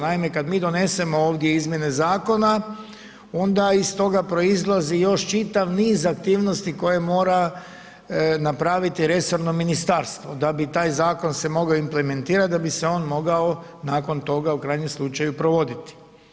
Naime, kada mi donesemo ovdje izmjene zakona onda iz toga proizlazi još čitav niz aktivnosti koje mora napraviti resorno ministarstvo da bi taj zakon se mogao implementirati da bi se on mogao nakon toga u krajnjem slučaju provoditi.